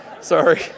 Sorry